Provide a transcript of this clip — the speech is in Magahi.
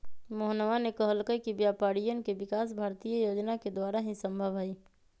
मोहनवा ने कहल कई कि व्यापारियन के विकास भारतीय योजना के द्वारा ही संभव हई